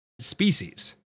Species